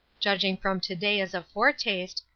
judging from to-day as a foretaste,